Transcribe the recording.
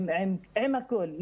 עם הכול,